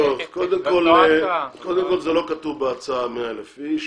קודם כל, זה לא כתוב בהצעה 100 אלף איש.